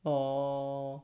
orh